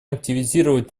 активизировать